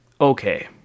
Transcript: okay